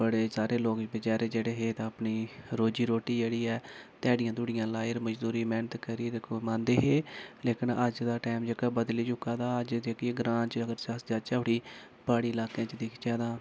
बड़े सारे लोक बचैरे जेह्ड़े हे तां अपनी रोज़ी रोटी जेह्ड़ी ऐ ध्याड़ियां धुड़ियां लाई मजदूरी मैह्नत करियै कमांदे हे लेकिन अज्ज दा टैम जेह्का बदली चुका दा अज्ज दे जेह्की ग्रांऽ च अस जाचै उठी प्हाड़ी लाकें च दिक्खचै तां